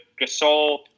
Gasol